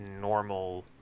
normal